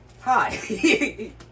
Hi